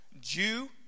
Jew